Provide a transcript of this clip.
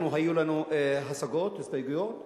אנחנו, היו לנו השגות, הסתייגויות,